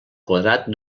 quadrat